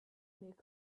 make